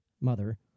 mother